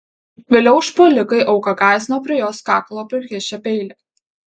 vėliau užpuolikai auką gąsdino prie jos kaklo prikišę peilį